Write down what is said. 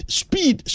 speed